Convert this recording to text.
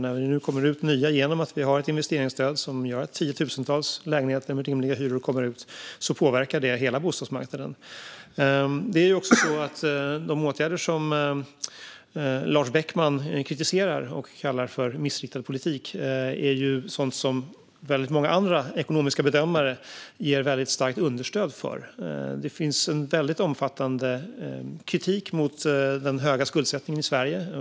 När det kommer tiotusentals nya hyresrätter med rimliga hyror genom att vi har ett investeringsstöd påverkar det hela bostadsmarknaden. De åtgärder som Lars Beckman kritiserar och kallar för missriktad politik är sådant som många andra ekonomiska bedömare ger starkt understöd för. Det finns en omfattande kritik mot den höga skuldsättningen i Sverige.